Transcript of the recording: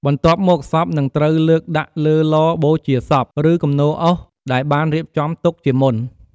បន្ទាប់មកសពនឹងត្រូវលើកដាក់លើឡបូជាសព ឬគំនរអុសដែលបានរៀបចំទុកជាមុន។